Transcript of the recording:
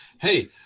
Hey